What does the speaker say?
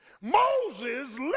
Moses